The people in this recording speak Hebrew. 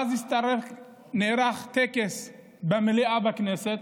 ואז נערך טקס במליאה, בכנסת,